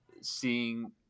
seeing